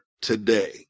today